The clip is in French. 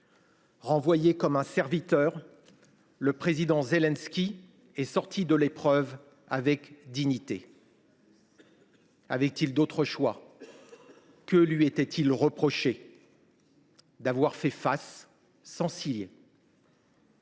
Renvoyé comme un serviteur, le président Zelensky est sorti de l’épreuve avec dignité. Avait il d’autres choix ? Que lui était il reproché ? D’avoir fait face sans ciller.